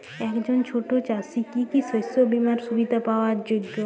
একজন ছোট চাষি কি কি শস্য বিমার সুবিধা পাওয়ার যোগ্য?